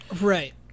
Right